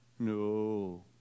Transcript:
No